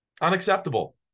unacceptable